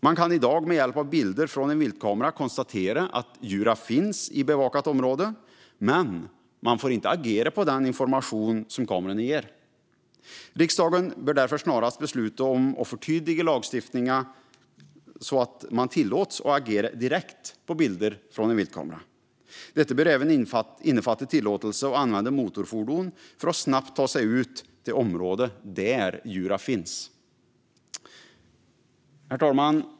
Man kan i dag med hjälp av bilder från en viltkamera konstatera att djuren finns i bevakat område, men man får inte agera på den information som kamerorna ger. Riksdagen bör därför snarast besluta om att förtydliga lagstiftningen så att man tillåts agera direkt på bilder från en viltkamera. Detta bör även innefatta tillåtelse att använda motorfordon för att man snabbt ska kunna ta sig ut till området där djuren finns. Herr talman!